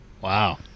Wow